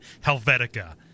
Helvetica